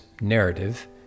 narrative